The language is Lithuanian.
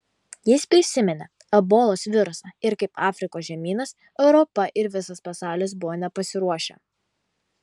jis prisiminė ebolos virusą ir kaip afrikos žemynas europa ir visas pasaulis buvo nepasiruošę